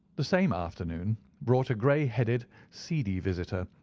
the same afternoon brought a grey-headed, seedy visitor,